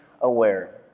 aware